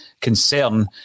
concern